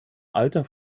alter